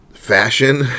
fashion